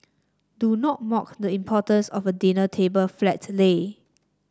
do not mock the importance of a dinner table flat lay